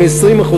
ב-20%.